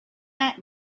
that